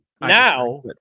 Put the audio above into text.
Now